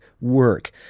work